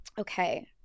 Okay